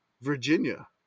virginia